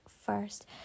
first